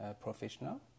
professional